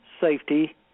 safety